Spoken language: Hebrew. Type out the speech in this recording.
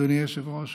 אדוני היושב-ראש,